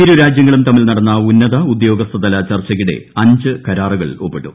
ഇരു രാജ്യങ്ങളും തമ്മിൽ നടന്ന ഉന്നത ഉദ്യോഗസ്ഥതല ചർച്ചയ്ക്കിടെ അഞ്ച് കരാറുകൾ ഒപ്പിട്ടു